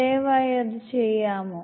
ദയവായി അത് ചെയ്യുമോ